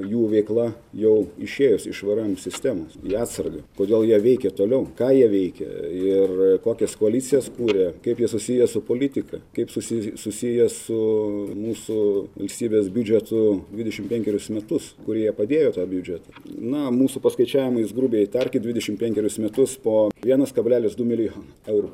jų veikla jau išėjus iš vrm sistemos į atsargą kodėl jie veikė toliau ką jie veikė ir kokias koalicijas kūrė kaip jie susiję su politika kaip susi susiję su mūsų valstybės biudžetu dvidešim penkerius metus kur jie padėjo tą biudžetą na mūsų paskaičiavimais grubiai tarki dvidešim penkerius metus po vienas kablelis du milijono eurų